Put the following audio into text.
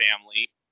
family